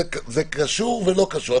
זה קשור ולא קשור.